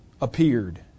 appeared